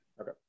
Okay